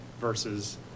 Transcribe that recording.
versus